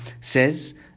says